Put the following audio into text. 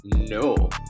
No